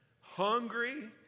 hungry